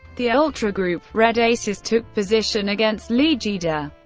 the ultra group red aces took position against legida,